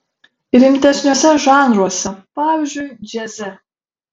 rimtesniuose žanruose pavyzdžiui džiaze